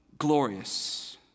glorious